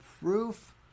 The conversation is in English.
proof